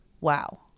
Wow